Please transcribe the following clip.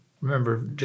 remember